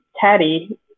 Taddy